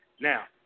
Now